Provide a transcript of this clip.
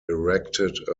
erected